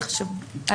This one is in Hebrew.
אבל גם לי זה חשוב,